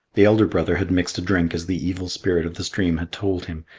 the elder brother had mixed a drink as the evil spirit of the stream had told him,